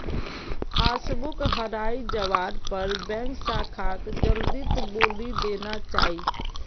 passbook हराई जवार पर बैंक शाखाक जल्दीत बोली देना चाई